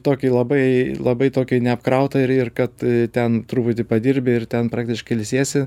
tokį labai labai tokį neapkrautą ir ir kad ten truputį padirbi ir ten praktiškai ilsiesi